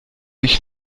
ich